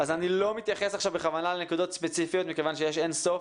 אני בכוונה לא מתייחס עכשיו לנקודות ספציפיות מכיוון שיש אין סוף